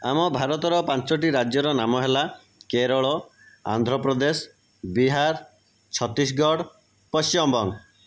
ଆମ ଭାରତର ପାଞ୍ଚଟି ରାଜ୍ୟର ନାମ ହେଲା କେରଳ ଆନ୍ଧ୍ରପ୍ରଦେଶ ବିହାର ଛତିଶଗଡ଼ ପଶ୍ଚିମବଙ୍ଗ